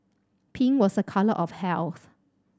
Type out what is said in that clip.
pink was a colour of health